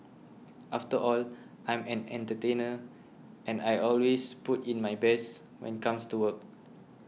after all I'm an entertainer and I always put in my best when comes to work